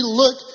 look